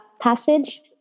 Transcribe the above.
passage